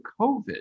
COVID